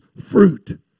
fruit